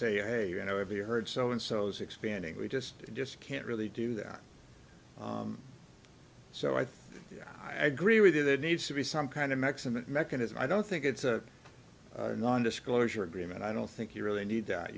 say hey you know have you heard so and so's expanding we just just can't really do that so i think i agree with you there needs to be some kind of maximum mechanism i don't think it's a non disclosure agreement i don't think you really need that